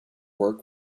work